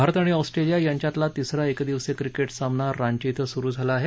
भारत आणि ऑस्ट्रेलिया यांच्यातला तिसरा एकदिवसीय क्रिकेट सामना रांची ॐ सुरु आहे